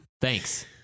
Thanks